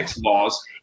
laws